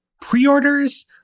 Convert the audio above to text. Pre-orders